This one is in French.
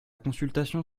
consultation